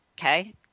Okay